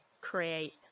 create